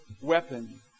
weapon